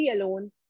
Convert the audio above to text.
alone